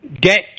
get